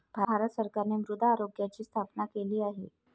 भारत सरकारने मृदा आरोग्याची स्थापना केली आहे